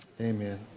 amen